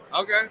Okay